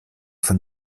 von